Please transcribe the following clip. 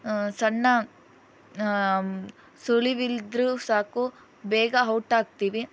ಸಣ್ಣ ಸುಳಿವಿಲ್ದಿದ್ರು ಸಾಕು ಬೇಗ ಔಟಾಗ್ತೀವಿ